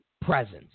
presence